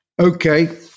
Okay